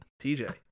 TJ